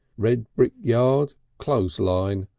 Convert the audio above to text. red brick yard, clothes' line.